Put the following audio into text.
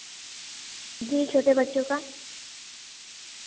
जी छोटे बच्चों को